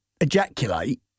ejaculate